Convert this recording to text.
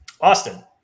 austin